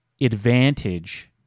advantage